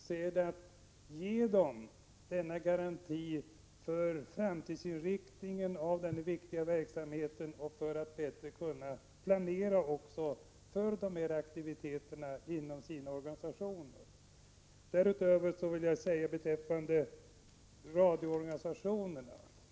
Det är att ge dem en garanti för framtidsinriktningen av den här viktiga verksamheten och möjlighet att inom sina organisationer bättre planera för dessa aktiviteter. Därutöver vill jag säga några ord beträffande radioorganisationerna.